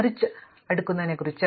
ലയനം അടുക്കുന്നതിനെക്കുറിച്ച്